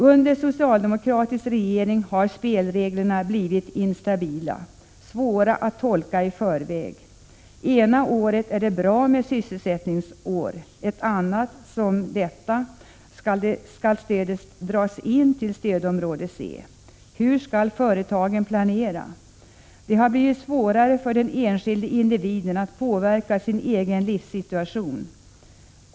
Under den socialdemokratiska regeringen har spelreglerna blivit instabila och svåra att tolka i förväg. Ena året är det bra med sysselsättningsstöd, ett annat år som detta skall stöden dras in för stödområde C. Hur skall företagen planera? Det har blivit svårare för den enskilde individen att påverka sin egen livssituation.